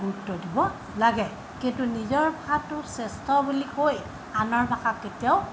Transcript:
গুৰুত্ব দিব লাগে কিন্তু নিজৰ ভাষাটো শ্ৰেষ্ঠ বুলি কৈ আনৰ ভাষা কেতিয়াও